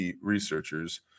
researchers